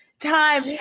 time